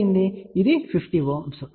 కాబట్టి ఇది 50 Ω 50 Ω అంటే 50 Ω